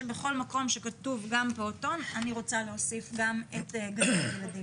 שבכל מקום שכתוב גם פעוטון אני רוצה להוסיף גם את גני הילדים.